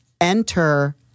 Enter